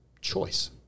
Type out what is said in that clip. choice